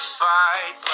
fight